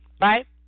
right